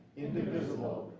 indivisible,